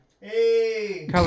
Hey